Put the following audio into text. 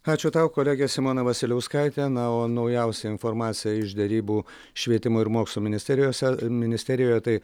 ačiū tau kolegė simona vasiliauskaitė na o naujausią informaciją iš derybų švietimo ir mokslo ministerijose ministerijoje tai